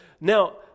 now